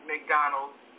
McDonald's